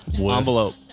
envelope